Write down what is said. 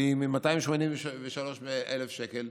והיא על 283,000 שקל.